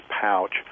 pouch